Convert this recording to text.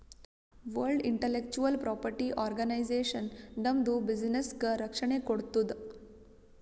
world intellectual property organization ನಮ್ದು ಬಿಸಿನ್ನೆಸ್ಗ ರಕ್ಷಣೆ ಕೋಡ್ತುದ್